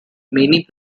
many